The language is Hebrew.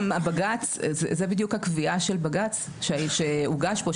זה בדיוק הקביעה של בג"ץ שהוגש פה,